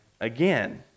again